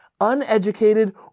uneducated